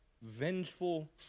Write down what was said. vengeful